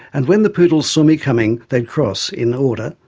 and when the poodles saw me coming, they'd cross, in order,